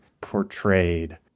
portrayed